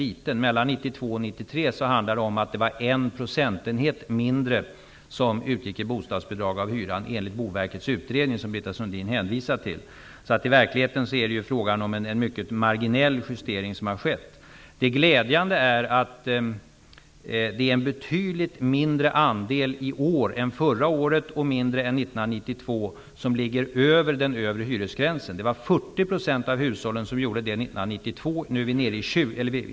Mellan 1992 och 1993 handlade det om att det var en procentenhet mindre av hyran som utgick i bostadsbidrag, enligt Boverkets utredning som Britta Sundin hänvisade till. I verkligheten har det alltså skett en ytterst marginell justering. Glädjande är att det i år är en betydligt mindre andel än förra året, och mindre än 1992, som ligger över den övre hyresgränsen. År 1992 var det 40 % av hushållen som gjorde det.